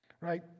right